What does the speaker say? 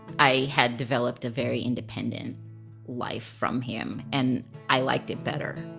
i had developed a very independent life from him and i liked it better.